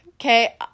Okay